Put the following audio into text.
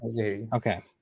okay